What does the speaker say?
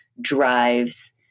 drives